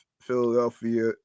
Philadelphia